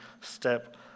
step